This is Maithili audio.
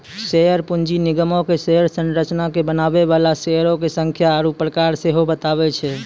शेयर पूंजी निगमो के शेयर संरचना के बनाबै बाला शेयरो के संख्या आरु प्रकार सेहो बताबै छै